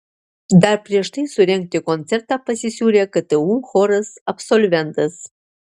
dar prieš tai surengti koncertą pasisiūlė ktu choras absolventas